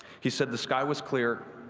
he said the sky was clear,